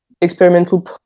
experimental